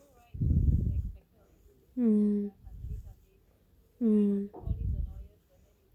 mm mm